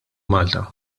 malta